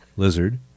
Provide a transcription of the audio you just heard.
Lizard